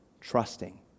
trusting